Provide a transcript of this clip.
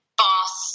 boss